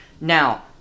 Now